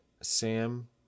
Sam